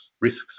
risks